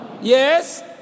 Yes